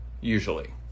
usually